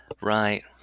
Right